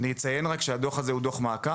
אני רק אציין שהדוח הזה הוא דוח מעקב,